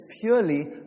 purely